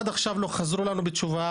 עד עכשיו לא חזרו אלינו עם תשובה.